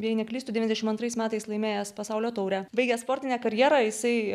jei neklystu devyniasdešim antrais metais laimėjęs pasaulio taurę baigęs sportinę karjerą jisai